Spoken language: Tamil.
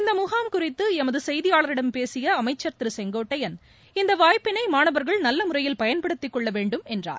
இந்த முகாம் குறித்து எமது செய்தியாளரிடம் பேசிய அமைச்சர் திரு செங்கோட்டையன் இந்த வாய்ப்பினை மாணவர்கள் நல்ல முறையில் பயன்படுத்திக் கொள்ள வேண்டும் என்றார்